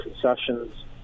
concessions